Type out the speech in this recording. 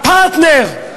הפרטנר.